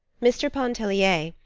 mr. pontellier,